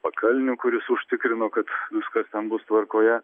pakalniu kuris užtikrino kad viskas ten bus tvarkoje